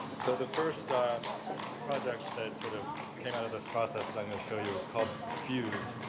so the first project that sort of came out of this process that i'm gonna show you is called fuse,